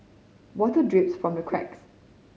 water drips from the cracks